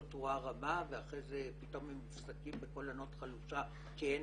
תרועה רמה ואחרי זה פתאום הם מופסקים בקול ענות חלושה כי אין